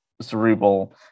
cerebral